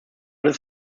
des